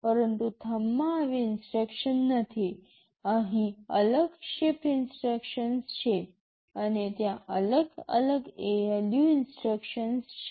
પરંતુ થમ્બમાં આવી ઇન્સટ્રક્શન્સ નથી અહીં અલગ શિફ્ટ ઇન્સટ્રક્શન્સ છે અને ત્યાં અલગ અલગ ALU ઇન્સટ્રક્શન છે